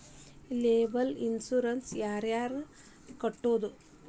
liable insurance ಯಾರ್ ಯಾರ್ ಕಟ್ಬೊದು